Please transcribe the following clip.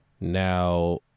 Now